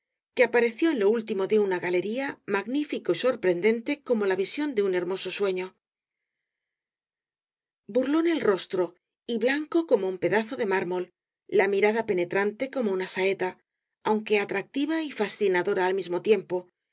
que apareció en lo último de una galería magnífico y sorprendente como la visión de un hermoso sueño burlón el rostro y blanco como un pedazo de mármol la mirada penetrante como una saeta aunque atractiva y fascinadora al mismo tiempo